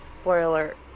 Spoiler